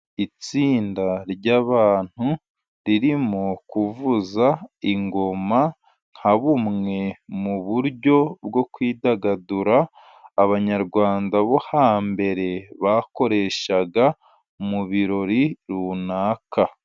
Itsinda ry'abantu ririmo kuvuza ingoma nka bumwe mu buryo bwo kwidagadura, Abanyarwanda bo hambere bakoreshaga mu birori runaka.